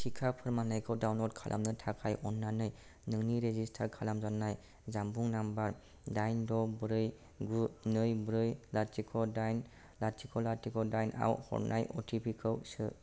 टिका फोरमानलाइखौ डाउनल'ड खालामनो थाखाय अन्नानै नोंनि रेजिसटार खालामजानाय जानबुं नाम्बार दाइन द' ब्रै गु नै ब्रै लाथिख' दाइन लाथिख' लाथिख' दाइनआव हरनाय अटिपिखौ सो